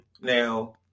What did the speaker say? now